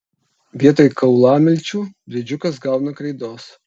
vietoj kaulamilčių briedžiukas gauna kreidos